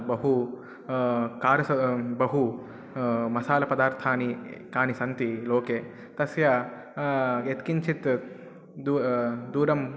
बहु कार्सा बहु मसालपदार्थानि कानि सन्ति लोके तस्य यत्किञ्चित् दूरं दूरं